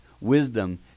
Wisdom